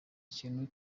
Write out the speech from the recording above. kintu